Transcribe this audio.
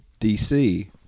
DC